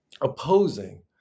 opposing